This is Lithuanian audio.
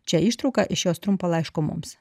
čia ištrauką iš jos trumpo laiško mums